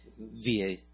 Via